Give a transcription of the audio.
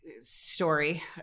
story